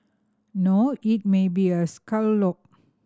no it may be a scallop